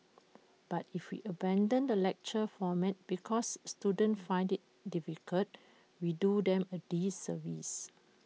but if we abandon the lecture format because students find IT difficult we do them A disservice